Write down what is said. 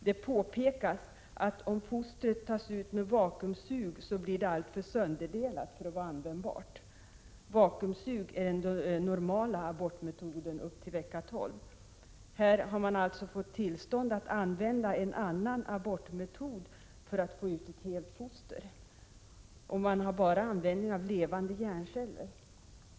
Det påpekas, att om fostret tas ut med vakuumsug, blir det alltför sönderdelat för att vara användbart. Vakuumsug är den normala abortmetoden upp till vecka 12. Här har man alltså fått tillstånd att använda en annan abortmetod för att få ut ett helt foster. Och man har bara användning av levande hjärnceller.